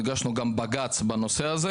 הגשנו גם בג"צ בנושא הזה